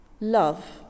Love